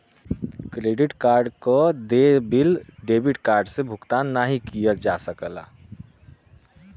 credit card क देय bill debit card से भुगतान नाहीं किया जा सकला